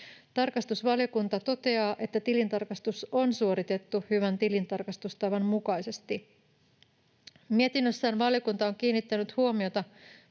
Tarkastusvaliokunta toteaa, että tilintarkastus on suoritettu hyvän tilintarkastustavan mukaisesti. Mietinnössään valiokunta on kiinnittänyt huomiota